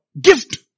gift